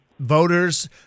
Voters